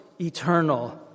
eternal